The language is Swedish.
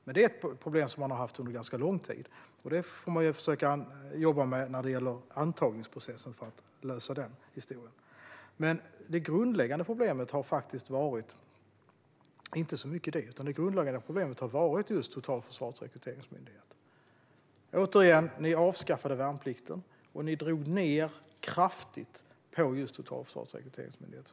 Detta problem med antagningsprocessen har funnits under ganska lång tid, och det får vi jobba med att försöka lösa. Det grundläggande problemet har dock inte egentligen varit detta utan just Totalförsvarets rekryteringsmyndighet. Återigen - ni avskaffade värnplikten och drog kraftigt ned på Totalförsvarets rekryteringsmyndighet.